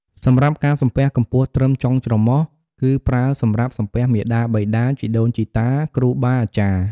សម្រាប់ការសំពះកម្ពស់ត្រឹមចុងច្រមុះ គឺប្រើសម្រាប់សំពះ មាតាបិតា ជីដូនជីតា គ្រូបាអាចារ្យ។